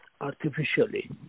artificially